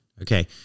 Okay